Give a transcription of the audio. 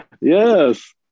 yes